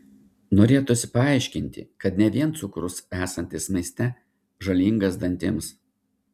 norėtųsi paaiškinti kad ne vien cukrus esantis maiste žalingas dantims